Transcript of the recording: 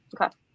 Okay